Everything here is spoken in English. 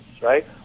right